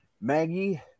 Maggie